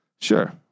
Sure